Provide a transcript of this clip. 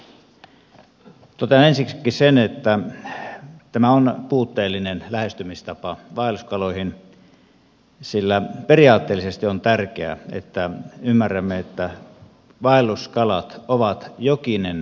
totean ensiksikin sen että tämä on puutteellinen lähestymistapa vaelluskaloihin sillä periaatteellisesti on tärkeää että ymmärrämme että vaelluskalat ovat jokinen luonnonvara